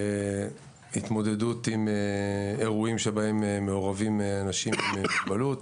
להתמודדות עם אירועים שבהם מעורבים אנשים עם מוגבלות.